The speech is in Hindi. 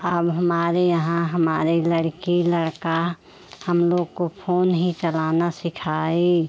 अब हमारे यहाँ हमारे लड़की लड़का हम लोग को फोन ही चलाना सिखाएँ